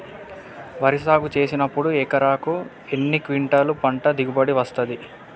వరి సాగు చేసినప్పుడు ఎకరాకు ఎన్ని క్వింటాలు పంట దిగుబడి వస్తది?